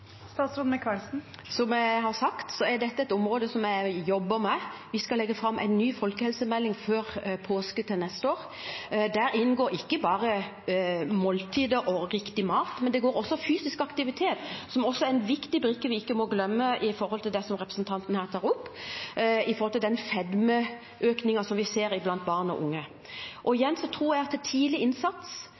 Som jeg har sagt, er dette et område jeg jobber med. Vi skal legge fram en ny folkehelsemelding før påske neste år. Der inngår ikke bare måltider og riktig mat, der inngår også fysisk aktivitet, som er en viktig brikke vi ikke må glemme med hensyn til det representanten her tar opp om den fedmeøkningen vi ser blant barn og unge. Igjen tror jeg på tidlig innsats, det